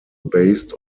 based